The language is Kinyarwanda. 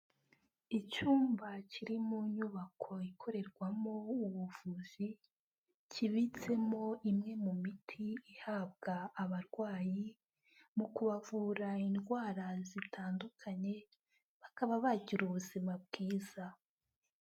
Icyumba kiri mu nyubako ikorerwamo ubuvuzi, kibitsemo imwe mu miti ihabwa abarwayi, mu kubavura indwara zitandukanye, bakaba bagira ubuzima bwiza.